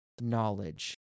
knowledge